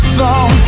song